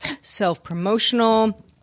self-promotional